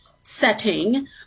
setting